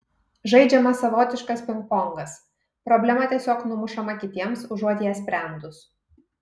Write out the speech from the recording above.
žaidžiamas savotiškas pingpongas problema tiesiog numušama kitiems užuot ją sprendus